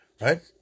Right